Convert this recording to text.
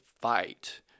fight